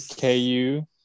KU